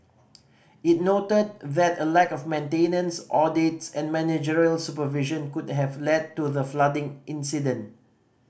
it noted a lack of maintenance audits and managerial supervision could have led to the flooding incident